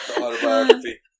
autobiography